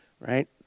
right